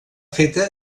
feta